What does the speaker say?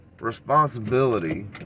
responsibility